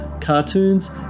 cartoons